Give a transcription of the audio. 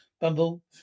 Bumble